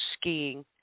skiing